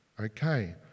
okay